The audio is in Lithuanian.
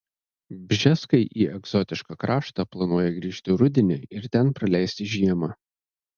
bžeskai į egzotišką kraštą planuoja grįžti rudenį ir ten praleisti žiemą